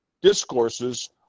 discourses